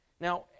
Now